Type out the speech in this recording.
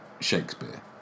Shakespeare